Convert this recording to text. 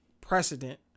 precedent